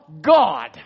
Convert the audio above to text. God